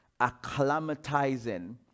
acclimatizing